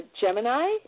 Gemini